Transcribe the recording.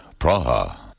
Praha